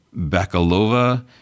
Bakalova